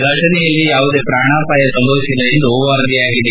ಫಟನೆಯಲ್ಲಿ ಯಾವುದೇ ಪ್ರಾಣಾಪಾಯ ಸಂಭವಿಸಿಲ್ಲ ಎಂದು ವರದಿ ತಿಳಿಸಿದೆ